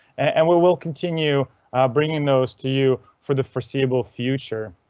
and we will continue bringing those to you for the foreseeable future.